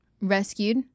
rescued